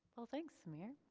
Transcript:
well thanks amir.